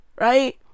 right